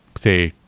say,